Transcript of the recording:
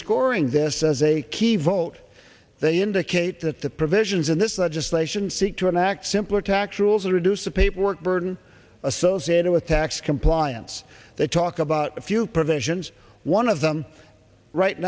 scoring this as a key vote they indicate that the provisions in this legislation seek to enact simpler tax rules and reduce the paperwork burden associated with tax compliance they talk about a few provisions one of them right